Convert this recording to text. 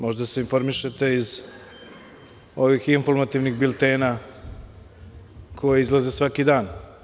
Možda se informišete iz ovih informativnih biltena koji izlaze svaki dan.